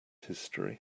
history